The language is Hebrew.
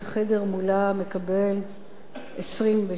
מקבל 27 שקלים,